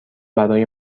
برای